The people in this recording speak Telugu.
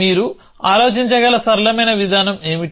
మీరు ఆలోచించగల సరళమైన విధానం ఏమిటి